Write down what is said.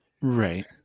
Right